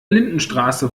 lindenstraße